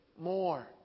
more